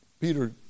Peter